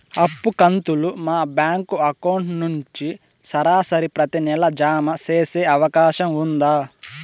అప్పు కంతులు మా బ్యాంకు అకౌంట్ నుంచి సరాసరి ప్రతి నెల జామ సేసే అవకాశం ఉందా?